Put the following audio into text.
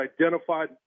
identified